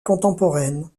contemporaine